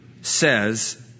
says